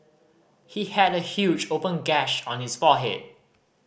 he had a huge open gash on his forehead